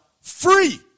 free